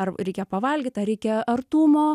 ar reikia pavalgyt ar reikia artumo